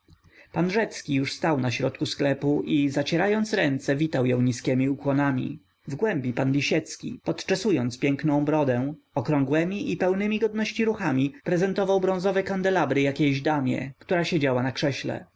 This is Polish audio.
pan rzecki już stał na środku sklepu i zacierając ręce witał ją niskiemi ukłonami w głębi pan lisiecki podczesując piękną brodę okrągłemi i pełnemi godności ruchami prezentował bronzowe kandelabry jakiejś damie która siedziała na krześle